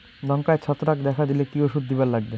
লঙ্কায় ছত্রাক দেখা দিলে কি ওষুধ দিবার লাগবে?